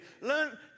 Learn